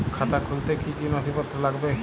খাতা খুলতে কি কি নথিপত্র লাগবে?